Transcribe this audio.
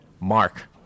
Mark